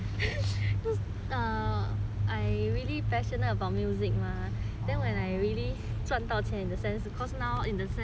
I really passionate about music mah then when I really 赚到钱 in the sense cause now in the sense I got 比较有钱 ah